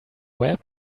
web